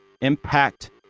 impact